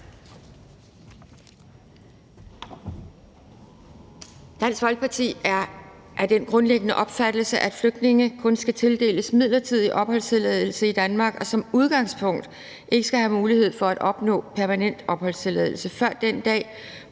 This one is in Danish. Dansk Folkeparti er af den grundlæggende opfattelse, at flygtninge kun skal tildeles midlertidig opholdstilladelse i Danmark og som udgangspunkt ikke skal have mulighed for at opnå permanent opholdstilladelse før den dag,